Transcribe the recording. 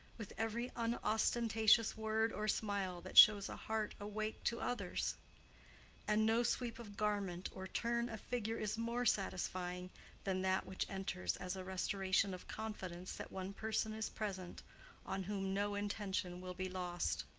with every unostentatious word or smile that shows a heart awake to others and no sweep of garment or turn of figure is more satisfying than that which enters as a restoration of confidence that one person is present on whom no intention will be lost.